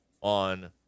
On